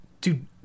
dude